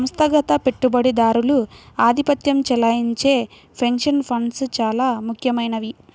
సంస్థాగత పెట్టుబడిదారులు ఆధిపత్యం చెలాయించే పెన్షన్ ఫండ్స్ చాలా ముఖ్యమైనవి